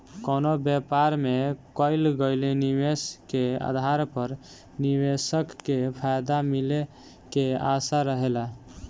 कवनो व्यापार में कईल गईल निवेश के आधार पर निवेशक के फायदा मिले के आशा रहेला